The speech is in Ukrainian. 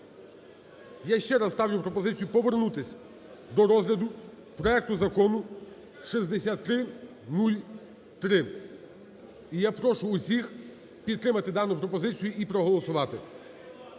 Я ще раз ставлю повернутись до розгляду проекту Закону 6303. І я прошу усіх підтримати дану пропозицію і проголосувати.